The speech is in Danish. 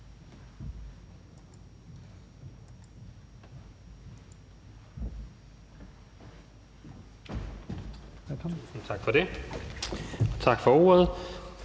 Tak for det, og tak for ordet.